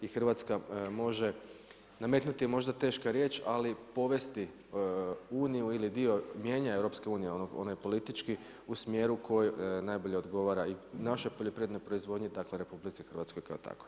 I Hrvatska može nametnuti možda teška riječ, ali povesti Uniju ili dio mnijenja EU onaj politički u smjeru koji najbolje odgovara i našoj poljoprivrednoj proizvodnji, dakle RH kao takvoj.